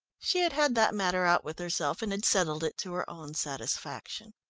she had had that matter out with herself, and had settled it to her own satisfaction.